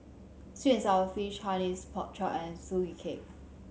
sweet and sour fish Hainanese Pork Chop and Sugee Cake